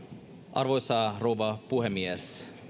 arvoisa rouva puhemies